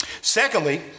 Secondly